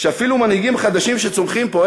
שאפילו מנהיגים חדשים שצומחים פה,